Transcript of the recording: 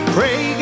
Pray